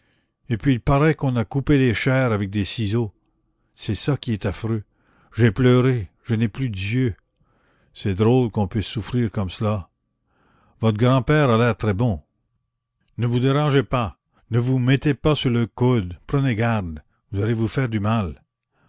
et puis il paraît qu'on a coupé les chairs avec des ciseaux c'est ça qui est affreux j'ai pleuré je n'ai plus d'yeux c'est drôle qu'on puisse souffrir comme cela votre grand-père a l'air très bon ne vous dérangez pas ne vous mettez pas sur le coude prenez garde vous allez vous faire du mal